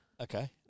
Okay